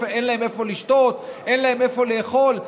אין להם איפה לשתות ואין להם איפה לאכול?